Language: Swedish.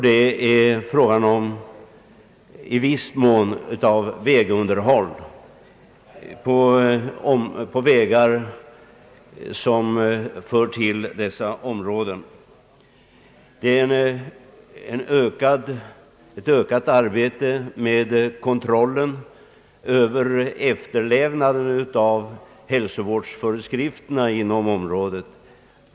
Det är t.ex. i viss mån underhållet av de vägar som för till dessa områden. Det är vidare ett ökat arbete med kontrollen av efterlevnaden av hälsovårdsföreskrifterna inom sådana områden.